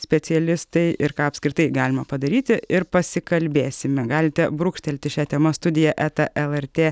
specialistai ir ką apskritai galima padaryti ir pasikalbėsime galite brūkštelti šia tema studija eta lrt